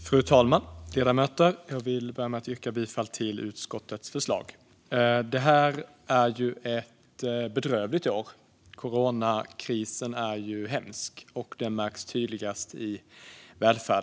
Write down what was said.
Fru talman! Ledamöter! Jag yrkar bifall till utskottets förslag. Det här är ett bedrövligt år. Coronakrisen är hemsk, och den märks tydligast i välfärden.